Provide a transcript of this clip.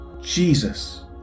jesus